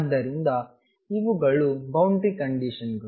ಆದ್ದರಿಂದ ಇವುಗಳು ಬೌಂಡರಿ ಕಂಡೀಶನ್ಗಳು